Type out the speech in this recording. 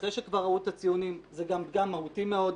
אחרי שכבר ראו את הציונים זה גם פגם מהותי מאוד.